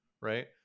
right